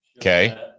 Okay